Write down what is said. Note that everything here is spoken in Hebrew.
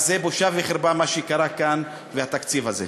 אז זה בושה וחרפה מה שקרה כאן והתקציב הזה.